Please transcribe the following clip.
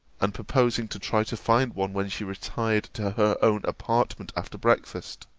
and purposing to try to find one when she retired to her own apartment after breakfast